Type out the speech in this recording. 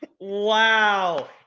wow